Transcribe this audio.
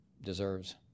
deserves